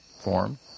form